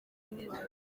agira